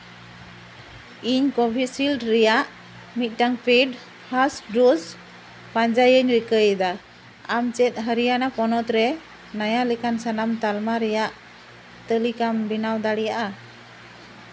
ᱤᱧ ᱠᱳᱵᱷᱤᱥᱤᱰ ᱨᱮᱭᱟᱜ ᱢᱤᱫᱴᱟᱝ ᱯᱮᱰ ᱯᱷᱟᱥᱴ ᱰᱳᱡᱽ ᱯᱟᱸᱡᱟᱭᱤᱧ ᱨᱤᱠᱟᱹᱭᱫᱟ ᱟᱢ ᱪᱮᱫ ᱦᱚᱨᱤᱭᱟᱱᱟ ᱯᱚᱱᱚᱛ ᱨᱮ ᱱᱟᱭᱟ ᱞᱮᱠᱟᱱ ᱥᱟᱱᱟᱢ ᱛᱟᱞᱢᱟ ᱨᱮᱭᱟᱜ ᱛᱟᱹᱞᱤᱠᱟᱢ ᱵᱮᱱᱟᱣ ᱫᱟᱲᱮᱭᱟᱜᱼᱟ